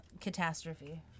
Catastrophe